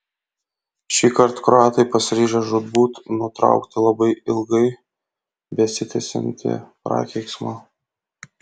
šįkart kroatai pasiryžę žūtbūt nutraukti labai ilgai besitęsiantį prakeiksmą